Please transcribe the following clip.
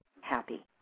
happy